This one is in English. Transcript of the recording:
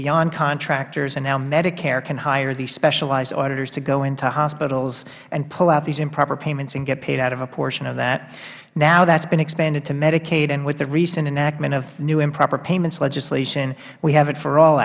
beyond contractors medicare can hire these specialized auditors to go into hospitals and pull out these improper payments and get paid out of a portion of that now that has been expanded to medicaid and with the recent enactment of new improper payments legislation we have it for all